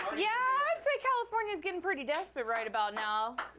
yeah, i'd say california's getting pretty desperate right about now.